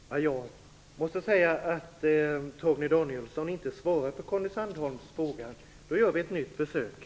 Herr talman! Jag måste säga att Torgny Danielsson inte svarade på Conny Sandholms fråga. Då gör vi ett nytt försök.